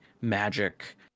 magic